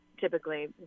typically